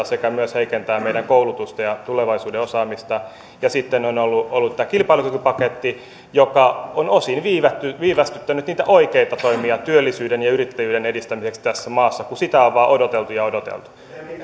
sekä heikentävät meidän koulutusta ja tulevaisuuden osaamista ja sitten on ollut ollut tämä kilpailukykypaketti joka on osin viivästyttänyt viivästyttänyt niitä oikeita toimia työllisyyden ja yrittäjyyden edistämiseksi tässä maassa kun sitä on vain odoteltu ja odoteltu